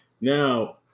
now